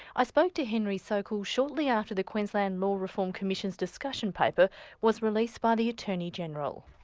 i spoke to henry sokal shortly after the queensland law reform commission's discussion paper was released by the attorney-general.